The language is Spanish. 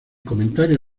comentario